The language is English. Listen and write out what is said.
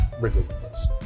ridiculous